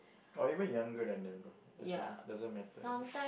or even younger than them though actually doesn't matter I guess